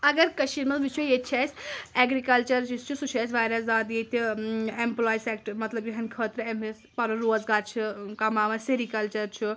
اگر کٔشیٖر منٛز وُچھو ییٚتہِ چھُ اسہِ ایٚگرِکَلچَر یُس چھُ سُہ چھُ اسہِ واریاہ زیادٕ ییٚتہِ ایٚمپٕلاے سیٚکٹَر مطلب یِہنٛدِ خٲطرٕ أمِس پَنُن روزگار چھِ کَماوان سِرِیٖکَلچَر چھُ